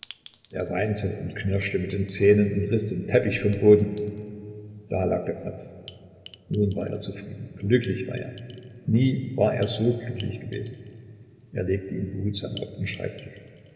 er weinte und knirschte mit den zähnen und riß den teppich vom boden da lag der knopf nun war er zufrieden glücklich war er nie war er so glücklich gewesen er legte ihn behutsam auf den schreibtisch